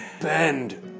Bend